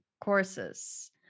courses